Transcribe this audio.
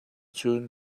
cun